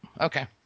okay